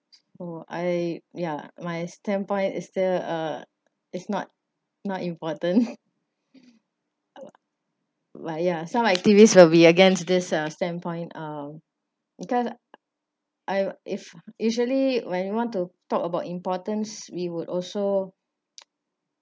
oh I ya my standpoint is still uh it's not not important like ya some activists will be against this uh standpoint uh because I if usually when you want to talk about importance we would also